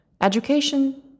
Education